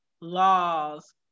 laws